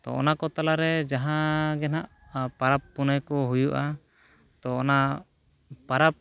ᱛᱳ ᱚᱱᱟ ᱠᱚ ᱛᱟᱞᱟᱨᱮ ᱡᱟᱦᱟᱸ ᱜᱮ ᱦᱟᱸᱜ ᱯᱚᱨᱚᱵᱽ ᱯᱩᱱᱟᱹᱭ ᱠᱚ ᱦᱩᱭᱩᱜᱼᱟ ᱛᱳ ᱚᱱᱟ ᱯᱟᱨᱟᱵᱽ